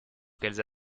qu’elles